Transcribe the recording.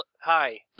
Hi